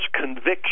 conviction